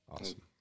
Awesome